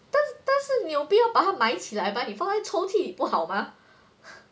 但但是但是你有必要把它埋起来吗你放在抽屉里不好吗